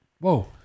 Whoa